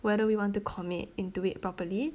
whether we want to commit into it properly